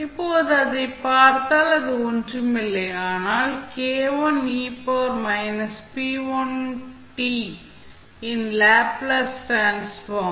இப்போது இதைப் பார்த்தால் இது ஒன்றுமில்லை ஆனால் யின் லேப்ளேஸ் டிரான்ஸ்ஃபார்ம்